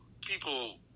people